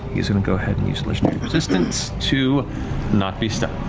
he's going to go ahead and use a legendary resistance to not be stunned.